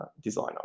designer